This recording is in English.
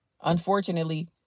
unfortunately